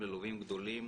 ללווים הגדולים